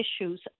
issues